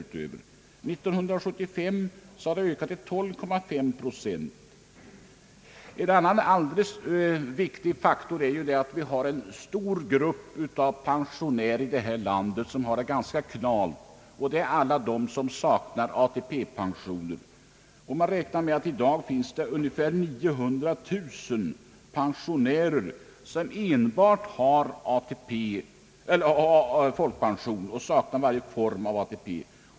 År 1975 har denna grupp ökat till 12,5 procent. En annan viktig faktor är att vi har en stor grupp pensionärer som har det ganska knalt, nämligen alla de som saknar ATP-pension. Man räknar med att det i dag finns ungefär 900 000 pensionärer som enbart har folkpension och som saknar varje form av ATP.